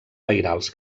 pairals